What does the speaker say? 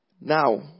Now